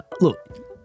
look